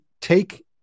take